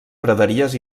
praderies